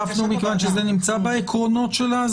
זה נמצא בעקרונות האסדרה.